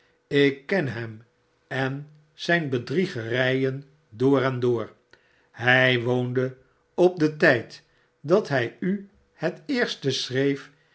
ik ken hem en zijne bedriegerijen door en door hij woonde op den tijd dat hij u het eerst schreef